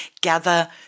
Gather